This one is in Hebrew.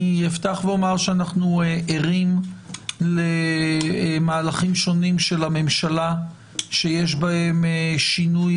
אני אפתח ואומר שאנחנו ערים למהלכים שונים של הממשלה שיש בהם שינוי